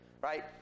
right